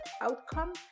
outcome